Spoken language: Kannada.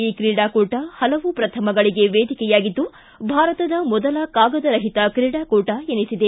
ಈ ಕ್ರೀಡಾಕೂಟ ಹಲವು ಪ್ರಥಮಗಳಗೆ ವೇದಿಕೆಯಾಗಿದ್ದು ಭಾರತದ ಮೊದಲ ಕಾಗದರಹಿತ ಕ್ರೀಡಾಕೂಟ ಎನಿಸಿದೆ